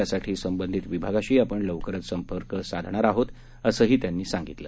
त्यासाठी संबधित विभागाशी आपण लवकरच संपर्क साधणार आहोत असंही त्यांनी सांगितलं